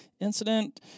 incident